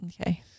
Okay